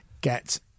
get